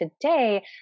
today